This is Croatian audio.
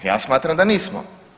Ja smatram da nismo.